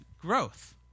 growth